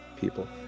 people